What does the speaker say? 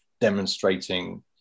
demonstrating